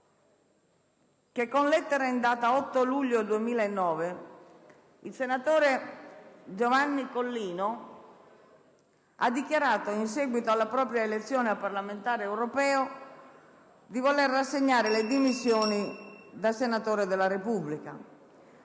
che, con lettera in data 8 luglio 2009, il senatore Giovanni Collino ha dichiarato, a seguito della propria elezione a parlamentare europeo, di voler rassegnare le dimissioni da senatore della Repubblica,